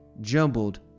jumbled